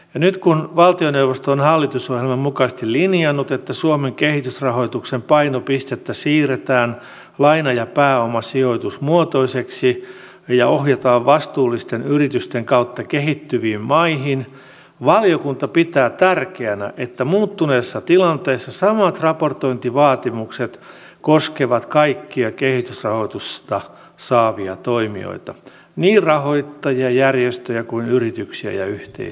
nyt kun valtioneuvosto on hallitusohjelman mukaisesti linjannut että suomen kehitysrahoituksen painopistettä siirretään laina ja pääomasijoitusmuotoiseksi ja ohjataan vastuullisten yritysten kautta kehittyviin maihin valiokunta pitää tärkeänä että muuttuneessa tilanteessa samat raportointivaatimukset koskevat kaikkia kehitysrahoitusta saavia toimijoita niin rahoittajia järjestöjä kuin yrityksiä ja yhteisöjäkin